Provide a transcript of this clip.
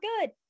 good